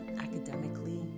academically